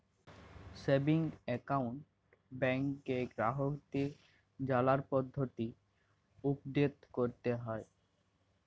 savings account ব্যাংকে গ্রাহককে জালার পদ্ধতি উপদেট ক্যরতে হ্যয়